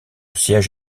siège